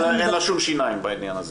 אין לה שום שיניים בעניין הזה.